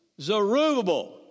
Zerubbabel